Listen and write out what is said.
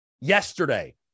yesterday